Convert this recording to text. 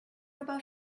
about